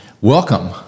Welcome